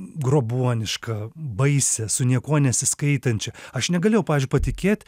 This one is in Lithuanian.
grobuonišką baisią su niekuo nesiskaitančią aš negalėjau patikėt